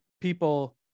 people